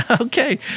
okay